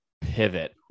pivot